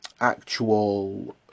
actual